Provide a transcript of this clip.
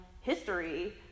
history